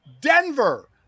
Denver